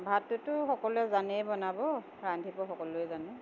ভাতটোতো সকলোৱে জানেই বনাব ৰান্ধিব সকলোৱে জানো